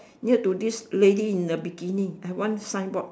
near to this lady in the bikini I have one signboard